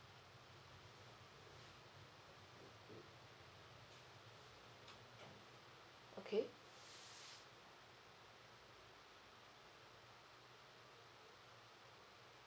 okay